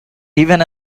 even